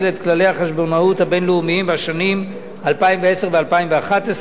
החשבונאות הבין-לאומיים בשנים 2010 ו-2011.